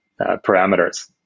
parameters